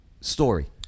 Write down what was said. story